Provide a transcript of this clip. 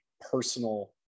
personal